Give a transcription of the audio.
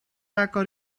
agor